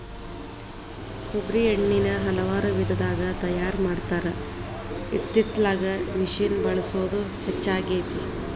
ಕೊಬ್ಬ್ರಿ ಎಣ್ಣಿನಾ ಹಲವಾರು ವಿಧದಾಗ ತಯಾರಾ ಮಾಡತಾರ ಇತ್ತಿತ್ತಲಾಗ ಮಿಷಿನ್ ಬಳಸುದ ಹೆಚ್ಚಾಗೆತಿ